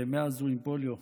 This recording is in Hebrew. מאז הוא עם פוליו.